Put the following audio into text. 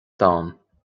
donn